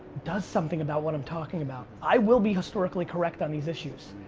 does something about what i'm talking about. i will be historically correct on these issues.